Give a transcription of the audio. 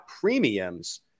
premiums